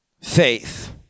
faith